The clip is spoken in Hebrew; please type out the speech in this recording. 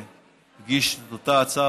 הגיש את אותה הצעה.